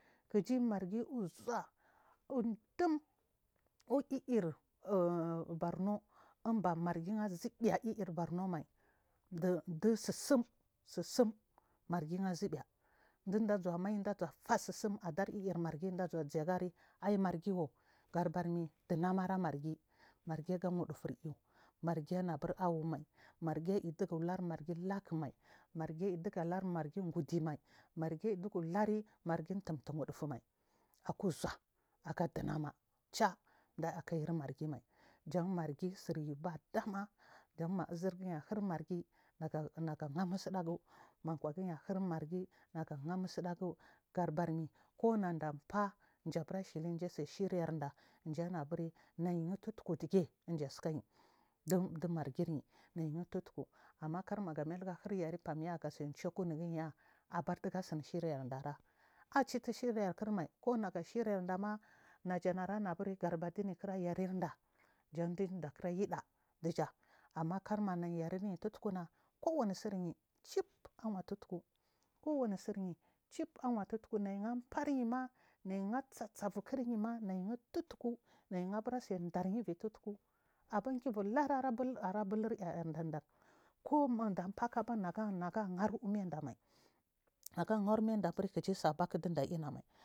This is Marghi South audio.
Kigimaargi uzhua udum irr ur bornomai duu tsitsin margia zibe ɗazuwa mai ɗa zuwa fa tsitsimk adar iir margi wo gaɗabarmi ɗanamara margi ɗu wudufur eaw margi anabur avwu maim argi i ɗigulur margi laku maim argi dugulur margi anabur avwu maim argi i diguluri mergi laku maim argi duguluri tumtu wuchi fumai aku zhuna aga echimama cha clayikai margi mai jan margi sir yu bachama ajamma izirgi shir marga naga ghamu tsuɗagn makwagi ahir mergi naga gha makwagi a hir mergi nagada faan jashili jasai shir yarda aburi niyi tuttku de ɗiyatskyi dimargiyi neyi tutlu ammakar mega lliga hir yare famya gase chaku nigeya ɗiga tsin shoryer dirs. A chitishiryakirrma mage shirya rdama najana ana buriga loma nikirs yare ga jaɗija kira yida ɗija ammakar meneyi yarenyi tutkuna kuwani tsiryi elfawa tutku kuwani tsiryi awa tutku kuwami tsiryi aawatutku niyian faryhima niyi asassavikr yima niyitutku abarase dari avitutku aba jibur lur ra bill ara bulr ary ɗanɗa kunacts fak naga mar umaidamai naga ghar mai kiji sabek ɗija inamai.